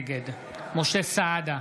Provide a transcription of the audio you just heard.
נגד משה סעדה,